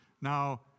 Now